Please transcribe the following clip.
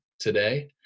today